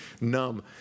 Numb